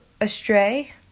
astray